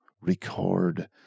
record